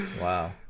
Wow